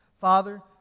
Father